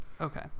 Okay